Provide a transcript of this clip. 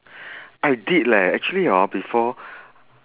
I did leh actually hor before